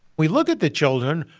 we look at the children.